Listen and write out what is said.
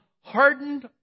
hardened